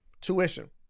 Tuition